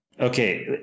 okay